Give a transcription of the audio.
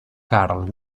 carl